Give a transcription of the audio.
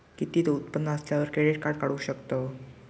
किती उत्पन्न असल्यावर क्रेडीट काढू शकतव?